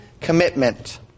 commitment